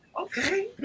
Okay